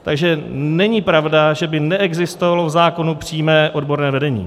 Takže není pravda, že by neexistovalo v zákonu přímé odborné vedení.